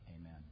Amen